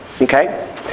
Okay